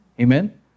Amen